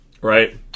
Right